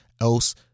else